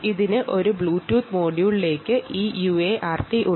ഇത് ബ്ലൂടൂത്ത് മൊഡ്യൂളിലേക്ക് പോകുന്നു